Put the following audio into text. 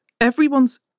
Everyone's